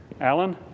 Alan